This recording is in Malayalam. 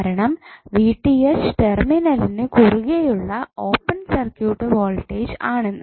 കാരണം ടെർമിനലിന് കുറുകെയുള്ള ഓപ്പൺ സർക്യൂട്ട് വോൾട്ടേജ് ആണെന്ന്